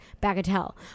Bagatelle